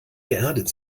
geerdet